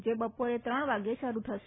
જે બપોરે ત્રણ વાગે શરૂ થશે